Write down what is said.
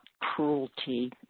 cruelty